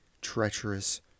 treacherous